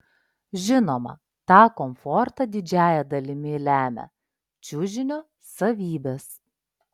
žinoma tą komfortą didžiąja dalimi lemia čiužinio savybės